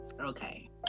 Okay